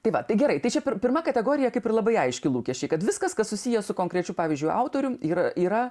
tai va tai gerai tai čia per pirmą kategoriją kaip ir labai aiški lūkesčiai kad viskas kas susiję su konkrečiu pavyzdžiui autorium yra yra